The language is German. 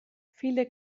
viele